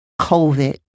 COVID